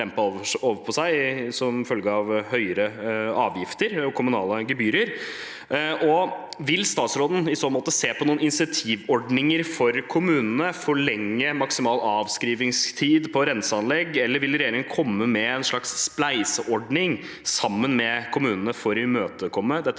får dette lempet over på seg som følge av høyere avgifter og kommunale gebyrer. Vil statsråden i så måte se på noen insentivordninger for kommunene og forlenge maksimal avskrivingstid på renseanlegg, eller vil regjeringen komme med en slags spleiseordning sammen med kommunene for å imøtekomme